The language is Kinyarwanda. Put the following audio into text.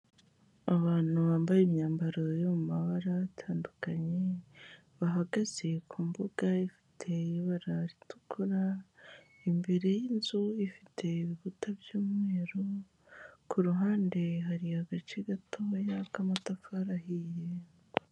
Abantu bambaye imyambaro yo mu mabara atandukanye, bahagaze ku mbuga ifite ibara ritukura, imbere y'inzu ifite ibikuta by'umweru, ku ruhande hari agace gatoya k'amatafari ahiye.